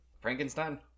Frankenstein